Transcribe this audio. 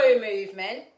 movement